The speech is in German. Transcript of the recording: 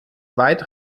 weit